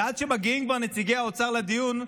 עד שנציגי האוצר כבר מגיעים לדיון,